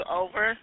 over